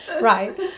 Right